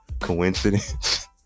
coincidence